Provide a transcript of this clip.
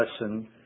lesson